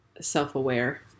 self-aware